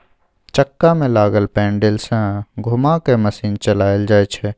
चक्का में लागल पैडिल सँ घुमा कय मशीन चलाएल जाइ छै